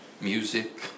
music